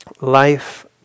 life